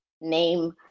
name